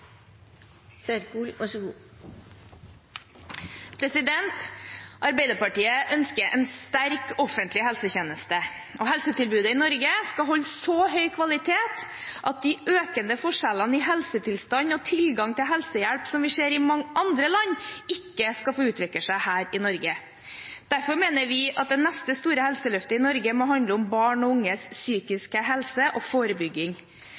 skal holde så høy kvalitet at de økende forskjellene i helsetilstand og tilgang til helsehjelp som vi ser i mange andre land, ikke skal få utvikle seg her i Norge. Derfor mener vi at det neste store helseløftet i Norge må handle om barn og unges psykiske helse og